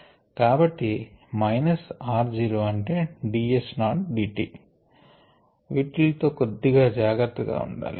కాబట్టి minus r zero అంటే d S not d t వీటిల్తో కొద్దిగా జాగ్రత్తగా ఉండాలి